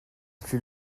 plus